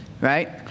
right